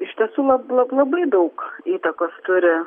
iš tiesų lab lab labai daug įtakos turi